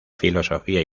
filosofía